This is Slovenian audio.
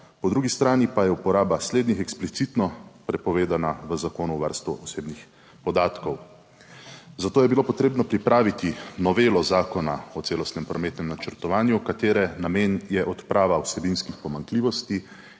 Po drugi strani pa je uporaba slednjih eksplicitno prepovedana v Zakonu o varstvu osebnih podatkov. Zato je bilo potrebno pripraviti novelo Zakona o celostnem prometnem načrtovanju, katere namen je odprava vsebinskih pomanjkljivosti